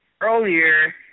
earlier